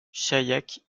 chaillac